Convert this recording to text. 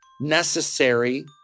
necessary